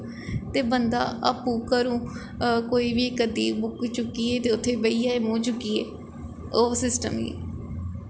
ते बंदा आपूं घरों कोई बी इक अद्धी बुक चुक्कियै ते उत्थें बेही जाए मूंह चुक्कियै ओह् सिस्टम निं